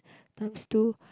times two